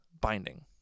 binding